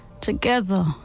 together